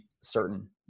certain